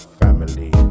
family